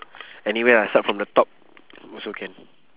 anywhere ah start from the top also can